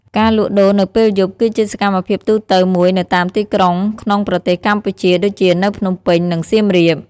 ការលក់ដូរនៅពេលយប់គឺជាសកម្មភាពទូទៅមួយនៅតាមទីក្រុងក្នុងប្រទេសកម្ពុជា ដូចជា នៅភ្នំពេញ និងសៀមរាប។